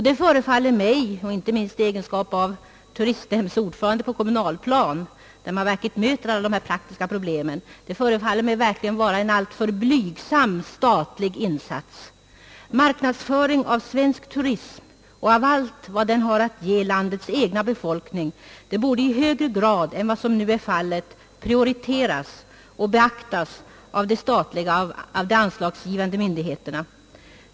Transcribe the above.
Det förefaller mig icke minst i egenskap av turistnämndsordförande på det kommunala planet, där man verkligen möter de praktiska problemen, vara en alltför blygsam statlig insats. Marknadsföringen av svensk turism och av allt vad den har att ge landets egen befolkning borde i högre grad än som nu är fallet prioriteras och beaktas av de anslagsgivande myndigheterna.